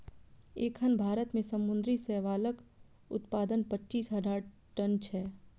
एखन भारत मे समुद्री शैवालक उत्पादन पच्चीस हजार टन छै